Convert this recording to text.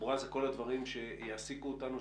תחבורה זה כל הדברים שיעסיקו אותנו,